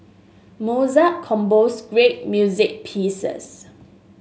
Mozart composed great music pieces